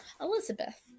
Elizabeth